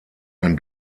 ein